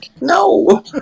No